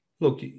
Look